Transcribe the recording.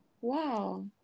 Wow